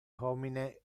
homine